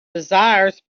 desires